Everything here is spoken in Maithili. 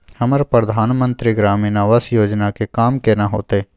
हमरा प्रधानमंत्री ग्रामीण आवास योजना के काम केना होतय?